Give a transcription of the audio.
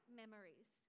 memories